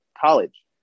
college